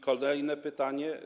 Kolejne pytanie.